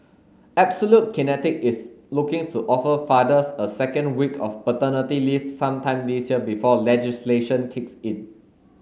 absolute kinetic is looking to offer fathers a second week of paternity leave sometime this year before legislation kicks in